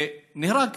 ונהרג.